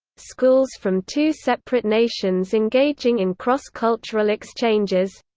schools from two separate nations engaging in cross-cultural exchanges